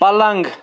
پلَنٛگ